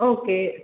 okay